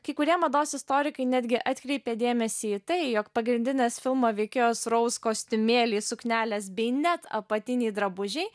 kai kurie mados istorikai netgi atkreipė dėmesį į tai jog pagrindinės filmo veikėjos rouz kostiumėliai suknelės bei net apatiniai drabužiai